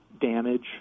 damage